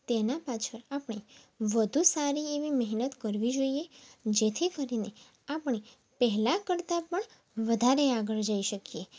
તેના પાછળ આપણે વધુ સારી એવી મહેનત કરવી જોઈએ જેથી કરીને આપણે પહેલાં કરતાં પણ વધારે આગળ જઈ શકીએ